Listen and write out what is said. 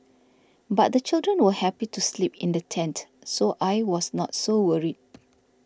but the children were happy to sleep in the tent so I was not so worried